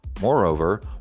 Moreover